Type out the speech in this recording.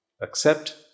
accept